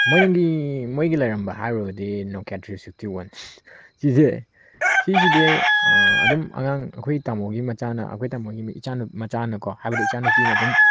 ꯃꯣꯏꯒꯤ ꯃꯣꯏꯒꯤ ꯂꯩꯔꯝꯕ ꯍꯥꯏꯔꯒꯗꯤ ꯅꯣꯀꯤꯌꯥ ꯊ꯭ꯔꯤ ꯁꯤꯛꯁꯇꯤ ꯋꯥꯥꯟ ꯁꯤꯁꯦ ꯁꯤꯁꯤꯗꯤ ꯑꯗꯨꯝ ꯑꯉꯥꯡ ꯑꯩꯈꯣꯏ ꯇꯃꯣꯒꯤ ꯃꯆꯥꯅ ꯑꯩꯈꯣꯏ ꯇꯃꯣꯒꯤ ꯏꯆꯥꯅ ꯃꯆꯥꯅ ꯀꯣ ꯍꯥꯏꯕꯗꯤ ꯏꯆꯥꯅꯨꯄꯤꯅ ꯑꯗꯨꯝ